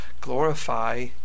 glorify